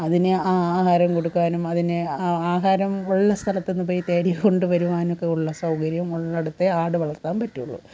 അതിന് ആ ആഹാരം കൊടുക്കാനും അതിന് ആ ആഹാരം ഉള്ള സ്ഥലത്തു നിന്ന് പോയി തേടിക്കൊണ്ടുവരുവാനൊക്കെയുള്ള സൗകര്യം ഉള്ളിടത്തേ ആട് വളർത്താൻ പറ്റുകയുള്ളു